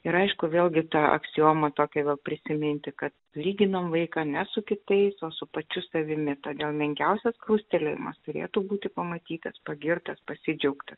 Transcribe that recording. ir aišku vėlgi ta aksioma tokia vėl prisiminti kad lyginam vaiką ne su kitais o su pačiu savimi todėl menkiausias krustelėjimas turėtų būti pamatytas pagirtas pasidžiaugta